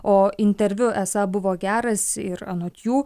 o interviu esą buvo geras ir anot jų